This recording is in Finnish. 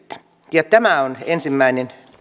yrittäjyyttä tämä on ensimmäinen